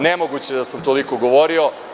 Nemoguće da sam toliko govorio.